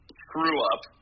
screw-up